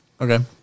Okay